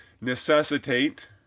necessitate